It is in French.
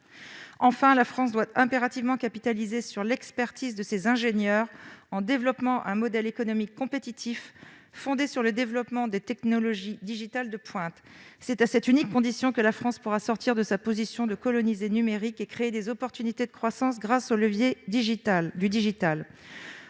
Enfin, la France doit impérativement capitaliser sur l'expertise de ses ingénieurs en développant un modèle économique compétitif fondé sur les technologies digitales de pointe. C'est à cette unique condition que notre pays pourra sortir de sa position de colonisé numérique et créer des gisements de croissance grâce au levier du digital.